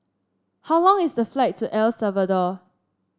how long is the flight to El Salvador